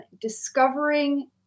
discovering